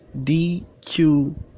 DQ